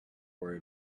worry